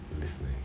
listening